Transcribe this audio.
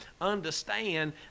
understand